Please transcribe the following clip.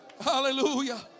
Hallelujah